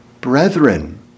brethren